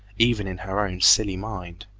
even in her own silly mind.